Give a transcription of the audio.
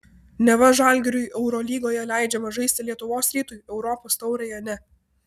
neva žalgiriui eurolygoje leidžiama žaisti lietuvos rytui europos taurėje ne